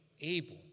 Abel